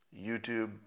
YouTube